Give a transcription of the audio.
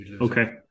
Okay